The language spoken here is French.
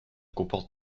comporte